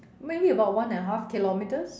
maybe about one and a half kilometres